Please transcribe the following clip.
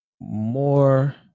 more